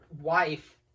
wife